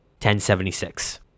1076